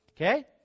Okay